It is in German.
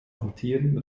amtierenden